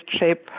shape